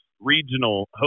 Regional